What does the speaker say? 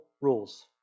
rules